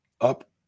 up